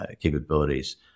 capabilities